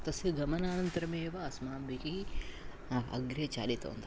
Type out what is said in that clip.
तस्य गमनानन्तरमेव अस्माभिः अग्रे चालितवन्तः